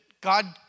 God